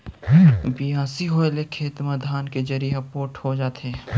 बियासी होए ले खेत म धान के जरी ह पोठ हो जाथे